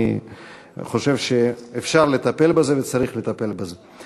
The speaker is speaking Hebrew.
אני חושב שאפשר לטפל בזה וצריך לטפל בזה.